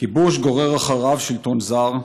כיבוש גורר אחריו שלטון זר,